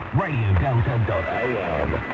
radiodelta.am